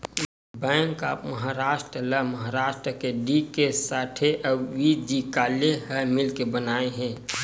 bank of Maharashtra ल महारास्ट के D K Sathe अउ व्ही.जी काले ह मिलके बनाए हे